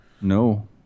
No